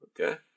okay